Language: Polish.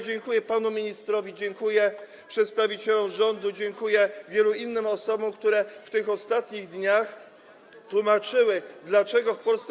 Dziękuję panu ministrowi, dziękuję przedstawicielom rządu i dziękuję wielu innym osobom, które w tych ostatnich dniach tłumaczyły, dlaczego w Polsce.